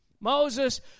Moses